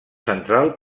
central